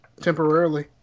temporarily